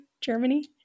Germany